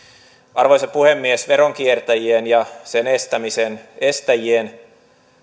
arvoisa puhemies veronkiertäjien ja sen estäjien